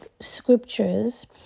scriptures